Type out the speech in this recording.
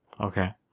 Okay